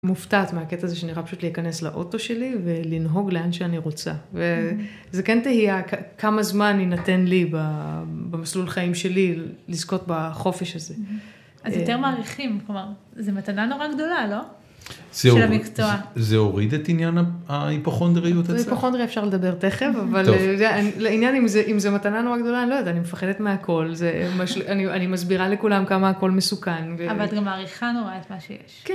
מופתעת מהקטע הזה שנראה פשוט להיכנס לאוטו שלי ולנהוג לאן שאני רוצה וזה כן תהייה כמה זמן ינתן לי במסלול חיים שלי לזכות בחופש הזה. אז יותר מעריכים, כלומר זו מתנה נורא גדולה לא? של המקצוע? זה הוריד את עניין ההיפוכנדריות? זה היפוכנדריה אפשר לדבר תכף אבל לעניין אם זו מתנה נורא גדולה אני לא יודעת, אני מפחדת מהכל, זה.. אני מסבירה לכולם כמה הכל מסוכן, אבל גם מעריכה נורא את מה שיש.